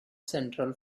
central